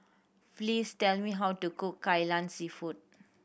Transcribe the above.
please tell me how to cook Kai Lan Seafood